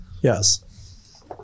Yes